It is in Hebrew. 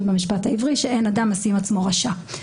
המשפט העברי האומרת שאין אדם משים עצמו רשע.